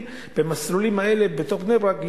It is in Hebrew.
לנסוע במסלולים האלה בתוך בני-ברק.